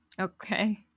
Okay